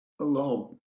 alone